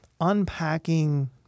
unpacking